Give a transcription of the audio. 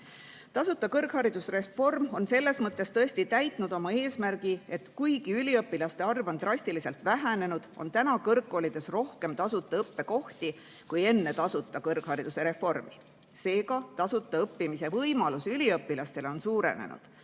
Tasuta kõrghariduse[le ülemineku] reform on selles mõttes tõesti täitnud oma eesmärgi, et kuigi üliõpilaste arv on drastiliselt vähenenud, on kõrgkoolides rohkem tasuta õppekohti kui enne tasuta kõrghariduse[le ülemineku] reformi. Seega, tasuta õppimise võimalus üliõpilastel on suurenenud.